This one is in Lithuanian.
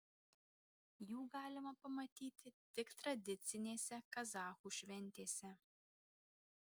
jų galima pamatyti tik tradicinėse kazachų šventėse